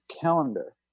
calendar